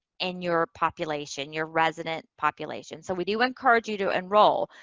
and your population, your resident population. so, we do encourage you to enroll,